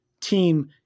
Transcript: team